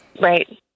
Right